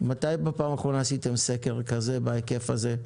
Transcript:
מתי בפעם האחרונה עשיתם סקר כזה בהיקף הזה,